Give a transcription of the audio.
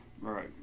Right